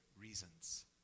reasons